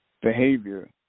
behavior